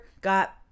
got